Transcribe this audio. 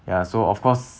ya so of course